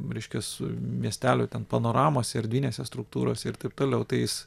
reiškias miestelio ten panoramose skerdynėse struktūros ir taip toliau tai jis